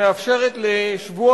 שמתייחסת לשבוע